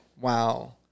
wow